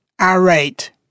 irate